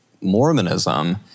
Mormonism